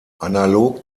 analog